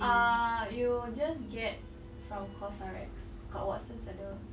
ah you just get from Cosrx kat Watsons ada